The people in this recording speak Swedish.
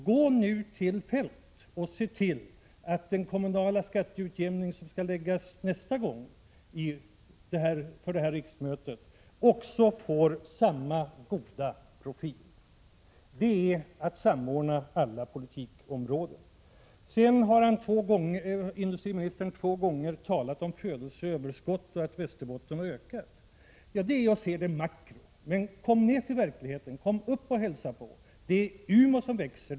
Gå nu till Feldt och se till att det belopp som avsätts till kommunal skatteutjämning vid det här riksmötet får samma goda profil. Det är att samordna alla politikområden. Industriministern har två gånger talat om födelseöverskott och att Västerbotten har ökat. Det är att se det makro. Men kom ner till verkligheten - kom och hälsa på! Det är Umeå som växer.